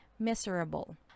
miserable